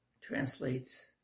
translates